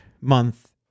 month